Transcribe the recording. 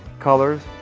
colors,